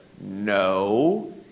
No